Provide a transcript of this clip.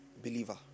believer